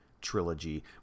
trilogy